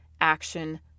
action